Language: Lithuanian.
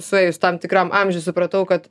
suėjus tam tikram amžiui supratau kad